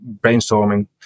brainstorming